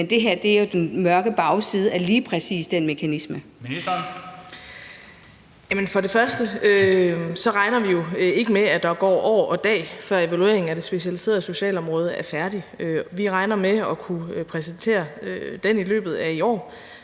Ministeren. Kl. 19:09 Social- og ældreministeren (Astrid Krag): Først og fremmest regner vi jo ikke med, at der går år og dag, før evalueringen af det specialiserede socialområde er færdig. Vi regner med at kunne præsentere den i løbet af i år,